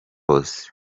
bose